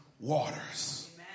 waters